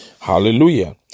Hallelujah